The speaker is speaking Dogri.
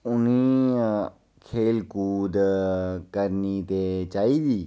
उ'नें ई खेढ कुद्द करनी ते चाहिदी